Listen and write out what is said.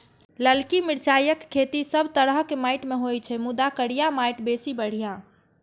ललकी मिरचाइक खेती सब तरहक माटि मे होइ छै, मुदा करिया माटि बेसी बढ़िया